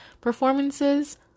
performances